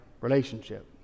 relationship